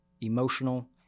emotional